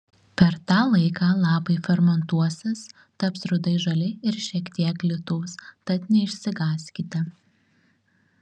per tą laiką lapai fermentuosis taps rudai žali ir šiek tiek glitūs tad neišsigąskite